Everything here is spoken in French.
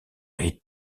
est